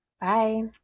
Bye